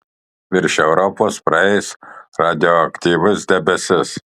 virš europos praeis radioaktyvus debesis